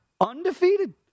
undefeated